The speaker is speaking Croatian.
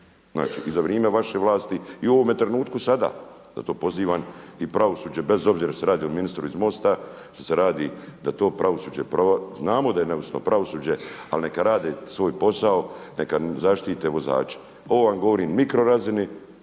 Znači i za vrijeme vaše vlasti i u ovome trenutku sada. Zato pozivam i pravosuđe bez obzira što se radi o ministru iz MOST-a, što se radi da to pravosuđe, znamo da je …/Govornik se ne razumije./… pravosuđe ali neka radi svoj posao, neka zaštite vozače. Ovo vam govorim o mikrorazini